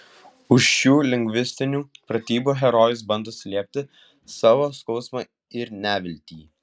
už šių lingvistinių pratybų herojus bando slėpti savo skausmą ir neviltį